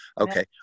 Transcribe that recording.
Okay